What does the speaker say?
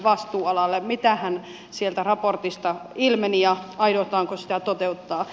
mitähän sieltä raportista ilmeni ja aiotaanko sitä toteuttaa